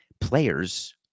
players